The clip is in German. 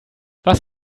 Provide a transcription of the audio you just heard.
was